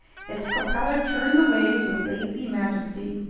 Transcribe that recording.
its propeller churned the waves with lazy majesty.